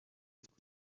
ariko